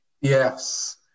Yes